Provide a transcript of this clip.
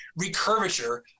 recurvature